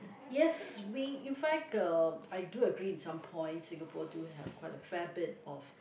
yes we in fact uh I do agree in some points Singapore do have quite a fair bit of